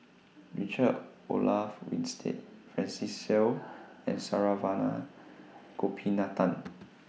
Richard Olaf Winstedt Francis Seow and Saravanan Gopinathan